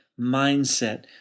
mindset